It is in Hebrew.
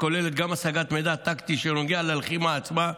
שכוללת גם השגת מידע טקטי שנוגע ללחימה עצמה,